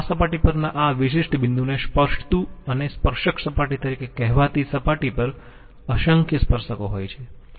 આ સપાટી પરના આ વિશિષ્ટ બિંદુને સ્પર્શતું અને સ્પર્શક સપાટી તરીકે કહેવાતી સપાટી પર અસંખ્ય સ્પર્શકો હોય છે